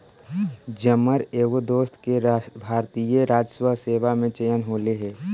जमर एगो दोस्त के भारतीय राजस्व सेवा में चयन होले हे